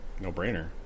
no-brainer